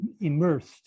immersed